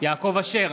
יעקב אשר,